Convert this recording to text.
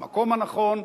במקום הנכון,